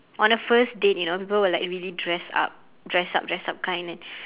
on a first date you know people would like really dress up dress up dress up kind